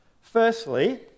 Firstly